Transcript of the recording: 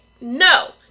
no